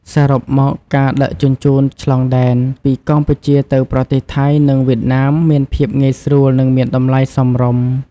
សរុបមក ការដឹកជញ្ជូនឆ្លងដែនពីកម្ពុជាទៅប្រទេសថៃនិងវៀតណាមមានភាពងាយស្រួលនិងមានតម្លៃសមរម្យ។